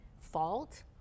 fault